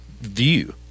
view